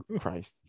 Christ